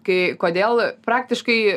kai kodėl praktiškai